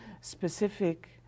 specific